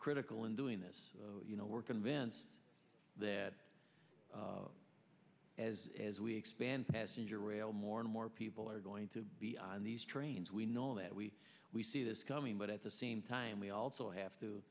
critical in doing this you know we're convinced that as as we expand passenger rail more and more people are going to be on these trains we know that we we see this coming but at the same time we also have to